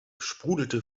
sprudelte